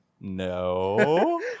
No